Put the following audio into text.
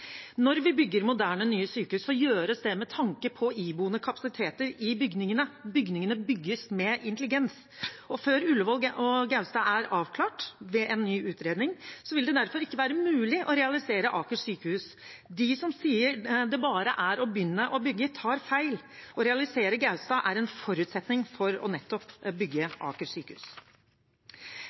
Når vi bygger moderne, nye sykehus, gjøres det med tanke på iboende kapasiteter i bygningene, bygningene bygges med intelligens. Før Ullevål og Gaustad er avklart ved en ny utredning, vil det derfor ikke være mulig å realisere Aker sykehus. De som sier det bare er å begynne å bygge, tar feil. Å realisere Gaustad er en forutsetning for å bygge Aker sykehus.